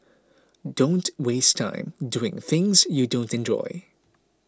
don't waste time doing things you don't enjoy